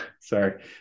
sorry